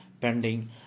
pending